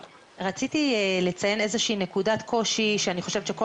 רציתי לציין איזו שהיא נקודת קושי שאני חושבת שכל